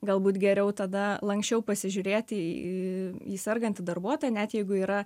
galbūt geriau tada lanksčiau pasižiūrėti į sergantį darbuotoją net jeigu yra